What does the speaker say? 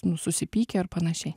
nu susipykę ar panašiai